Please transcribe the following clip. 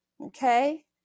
okay